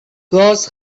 گاز